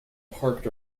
parked